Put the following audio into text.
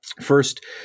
First